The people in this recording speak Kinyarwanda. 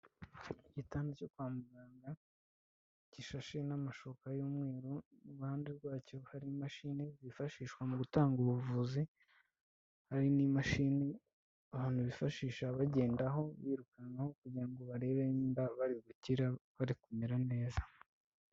Igitanda cyo kwa muganga gishashe n'amashuka y'umweru. Iruhande rwacyo hari imashini yifashishwa mu gutanga ubuvuzi. Hari n'imashini abantu bifashisha bagendaho, birukankaho, kugirango barebe n'iba bari gukira, bari kumera neza.